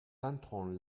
entrons